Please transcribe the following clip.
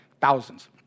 thousands